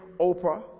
Oprah